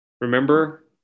Remember